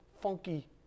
funky